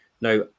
Now